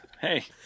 Hey